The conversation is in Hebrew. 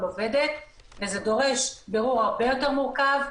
עובדת וזה דורשת בירור הרבה יותר מורכב,